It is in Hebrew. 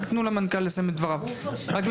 רק תנו למנכ"ל לסיים את דבריו.